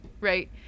right